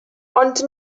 ond